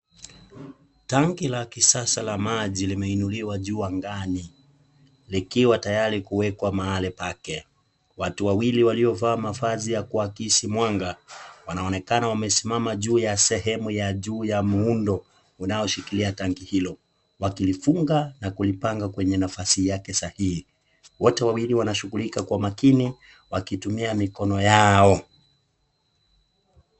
Tanki la maji la kisasa limeinuliwa juu angani likiwa tayari kuwekwa mahali pake, watu wawili walio vaa mavazi ya kuakisi mwanga wanaonekana wamesimama juu ya sehemu ya juu ya muundo unaoshikilia tanki hilo wakilifunga na kulipanga kwenye nafasi yake sahihi wote wawili wanashughulika kwa makini wakitumia mikono yao.